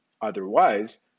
otherwise